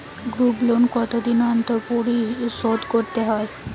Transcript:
Group loan কতদিন অন্তর শোধকরতে হয়?